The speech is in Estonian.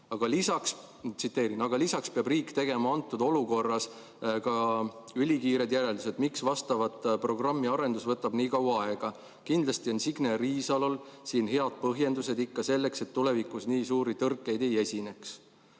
Jaanus Karilaid: "Aga lisaks peab riik tegema antud olukorras ka ülikiired järeldused, miks vastava programmi arendus võtab nii kaua aega. Kindlasti on Signe Riisalol siin head põhjendused ikka selleks, et tulevikus nii suuri tõrkeid ei esineks."